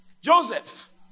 Joseph